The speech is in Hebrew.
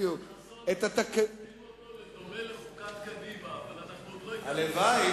הופכים אותו לדומה לחוקת קדימה, הלוואי.